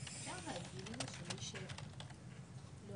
בהתאם לסעיף 2